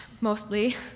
mostly